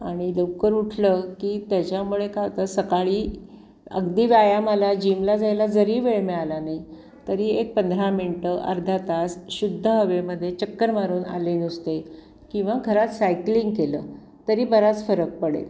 आणि लवकर उठलं की त्याच्यामुळे काय होतं सकाळी अगदी व्यायामाला जिमला जायला जरी वेळ मिळाला नाही तरी एक पंधरा मिनटं अर्धा तास शुद्ध हवेमध्ये चक्कर मारून आले नुसते किंवा घरात सायकलिंग केलं तरी बराच फरक पडेल